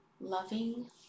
loving